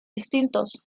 distintos